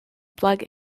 plug